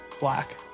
Black